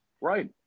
Right